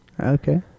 Okay